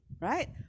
right